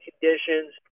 conditions